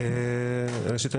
ראשית,